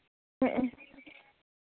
ᱦᱮᱸᱜᱼᱮ